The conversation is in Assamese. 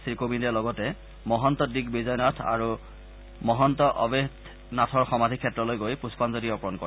শ্ৰী কোবিন্দে লগতে মহন্ত দ্বীগ বিজয়নাথ আৰু মহন্ত অবেধনাথৰ সমাধি ক্ষেত্ৰত গৈ পুম্পাঞ্জলি অৰ্পণ কৰে